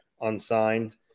unsigned